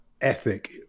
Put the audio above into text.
ethic